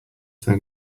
their